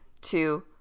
two